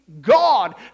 God